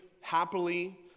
happily